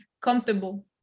comfortable